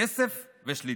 כסף ושליטה.